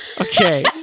Okay